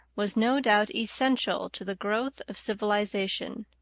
was no doubt essential to the growth of civilization,